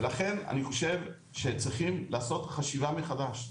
לכן אני חושב שצריכים לעשות חשיבה מחדש,